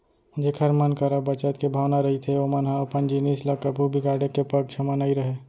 जेखर मन करा बचत के भावना रहिथे ओमन ह अपन जिनिस ल कभू बिगाड़े के पक्छ म नइ रहय